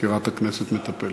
מזכירת הכנסת מטפלת.